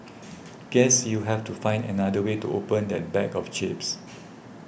guess you have to find another way to open that bag of chips